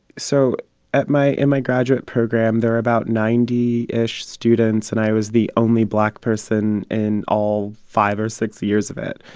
so at my in my graduate program, there were about ninety ish students, and i was the only black person in all five or six years of it.